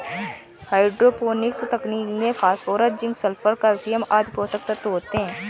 hydroponics तकनीक में phosphorus, zinc, sulphur, calcium आदि पोषक तत्व होते है